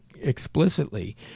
explicitly